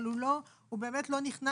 אבל הוא באמת לא נכנס,